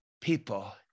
people